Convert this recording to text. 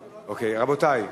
אוקיי, רבותי,